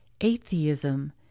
atheism